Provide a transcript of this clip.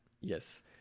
Yes